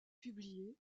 publiés